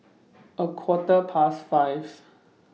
A Quarter Past five